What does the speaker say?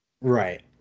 Right